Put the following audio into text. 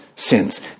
sins